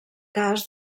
cas